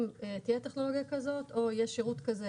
אם תהיה טכנולוגיה כזאת או יש שירות כזה